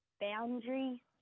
boundary